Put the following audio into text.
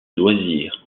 loisir